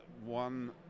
one